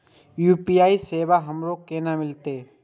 UPI सेवा हमरो केना मिलते?